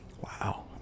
wow